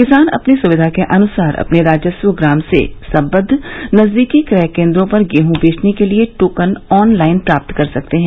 किसान अपनी सुविधा के अनुसार अपने राजस्व ग्राम से संबद्व नजदीकी क्रय केन्द्रों पर गेहूँ बेचने के लिये टोकन ऑन लाइन प्राप्त कर सकते हैं